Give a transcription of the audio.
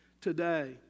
today